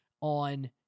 on